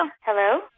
Hello